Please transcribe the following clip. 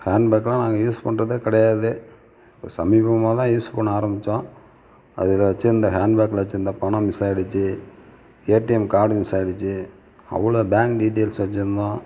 ஹேண்ட்பேக்கெலாம் நாங்கள் யூஸ் பண்ணுறதே கிடையாது இப்போ சமீபமாக தான் யூஸ் பண்ண ஆரம்பித்தோம் அதில் வச்சுருந்த ஹேண்ட்பேக்கில் வச்சுருந்த பணம் மிஸ் ஆயிடுச்சு ஏடிஎம் கார்டு மிஸ் ஆயிடுச்சு அவ்வளோ பேங்க் டீடெயில்ஸ் வச்சுருந்தோம்